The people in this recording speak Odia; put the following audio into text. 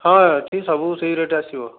ହଁ ଏଠି ସବୁ ସେଇ ରେଟ୍ ଆସିବ